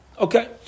Okay